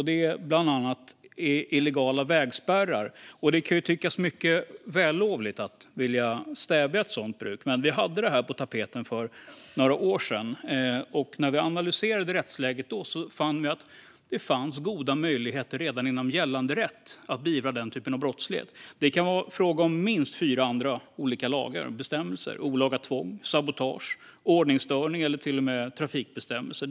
Det handlar om illegala vägspärrar. Det kan tyckas vällovligt att vilja stävja ett sådant bruk. Men vi hade det här på tapeten för några år sedan, och när vi då analyserade rättsläget fann vi att det redan finns goda möjligheter att beivra den typen av brottslighet inom gällande rätt. Det kan vara fråga om minst fyra olika lagar och bestämmelser - olaga tvång, sabotage, ordningsstörning eller till och med trafikbestämmelser.